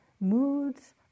moods